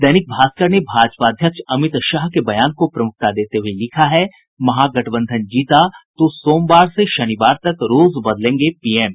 दैनिक भास्कर ने भाजपा अध्यक्ष अमित शाह के बयान को प्रमूखता देते हुए लिखा है महागठबंधन जीता तो सोमवार से शनिवार तक रोज बदलेंगे पीएम